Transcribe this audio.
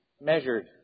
measured